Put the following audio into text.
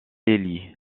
élie